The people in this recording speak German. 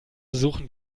suchen